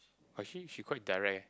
actually she quite direct eh